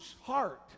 heart